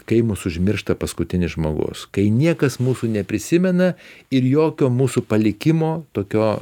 kai mus užmiršta paskutinis žmogus kai niekas mūsų neprisimena ir jokio mūsų palikimo tokio